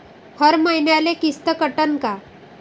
हर मईन्याले किस्त कटन का?